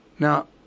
Now